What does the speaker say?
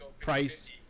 price